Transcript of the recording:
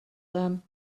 them